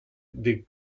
des